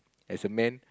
as a man